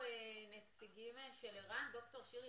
ד"ר שירי